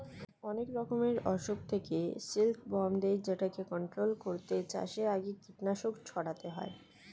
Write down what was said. অনেক রকমের অসুখ থেকে সিল্ক বর্মদের যেটা কন্ট্রোল করতে চাষের আগে কীটনাশক ছড়াতে হয়